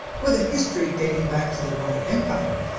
with a history dating back to the roman empire,